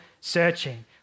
searching